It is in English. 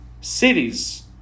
cities